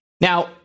Now